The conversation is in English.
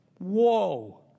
whoa